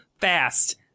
fast